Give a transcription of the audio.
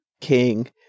King